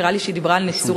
נראה לי שהיא דיברה על נצורים.